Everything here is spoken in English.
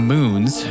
Moons